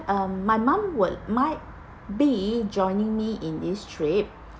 um my mum will might be joining me in this trip